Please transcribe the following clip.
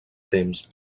temps